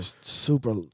super